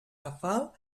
rafal